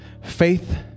faith